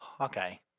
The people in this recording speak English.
Okay